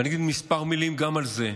ואני אגיד כמה מילים גם על זה.